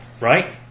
right